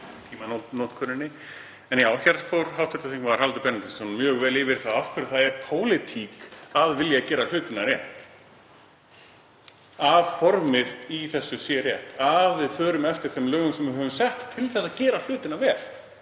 tímanotkuninni. Hér fór hv. þm. Haraldur Benediktsson mjög vel yfir af hverju það er pólitík að vilja gera hlutina rétt, að formið í þessu sé rétt, að við förum eftir þeim lögum sem við höfum sett til að gera hlutina vel.